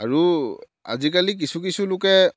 আৰু আজিকালি কিছু কিছু লোকে